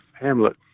Hamlet